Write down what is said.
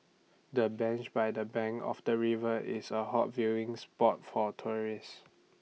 the bench by the bank of the river is A hot viewing spot for tourists